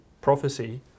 prophecy